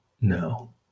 No